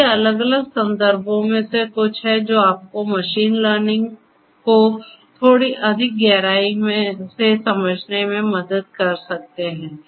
तो ये अलग अलग संदर्भों में से कुछ हैं जो आपको मशीन लर्निंग को थोड़ी अधिक गहराई से समझने में मदद कर सकते हैं